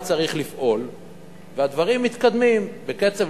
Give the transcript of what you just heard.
והדברים מתקדמים בקצב,